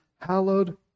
Hallowed